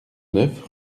neuf